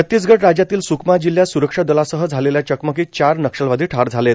छत्तीसगढ राज्यातील सुकमा जिल्ह्यात सुरक्षा दलासह झालेल्या चकमकीत चार नक्षलवादी ठार झालेत